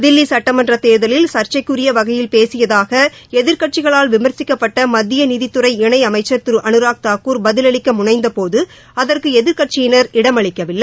தில்லி சட்டமன்றத் தேர்தலில் சர்ச்சைக்குரிய வகையில் பேசியதாக எதிர்க்கட்சிகளால் விமர்சிக்கப்பட்ட மத்திய நிதித்துறை இணையமைச்சர் திரு அனுராக் தாக்கூர் பதிலளிக்க முனைந்தபோது அதற்கு எதிர்க்கட்சியினர் இடமளிக்கவில்லை